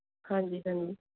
ਹਾਂਜੀ ਹਾਂਜੀ